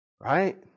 Right